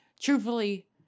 Truthfully